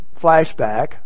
flashback